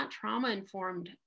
trauma-informed